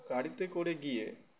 গাড়িতে করে গিয়ে